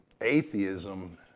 Atheism